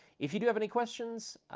if you do have any questions,